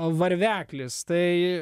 varveklis tai